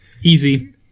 easy